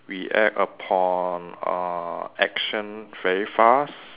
react upon uh action very fast